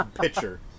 picture